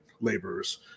laborers